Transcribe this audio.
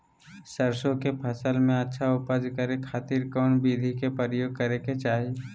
सरसों के फसल में अच्छा उपज करे खातिर कौन विधि के प्रयोग करे के चाही?